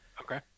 Okay